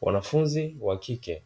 Wanafunzi wa kike